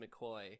McCoy